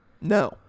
No